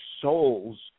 souls